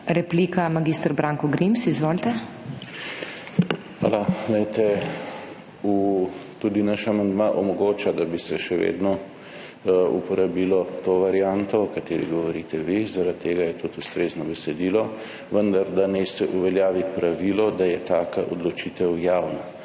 Izvolite. MAG. BRANKO GRIMS (PS SDS): Hvala. Tudi naš amandma omogoča, da bi se še vedno uporabilo to varianto, o kateri govorite vi, zaradi tega je tudi ustrezno besedilo. Vendar da naj se uveljavi pravilo, da je taka odločitev javna.